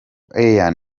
ian